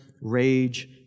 rage